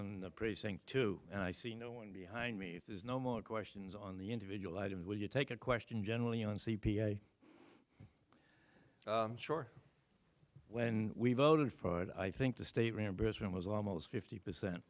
from the precinct to and i see no one behind me if there's no more questions on the individual items will you take a question generally on c p i sure when we voted for it i think the state reimbursement was almost fifty percent